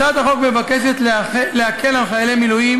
הצעת החוק מבקשת להקל על חיילי מילואים